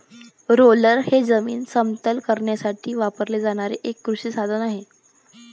roller हे जमीन समतल करण्यासाठी वापरले जाणारे एक कृषी साधन आहे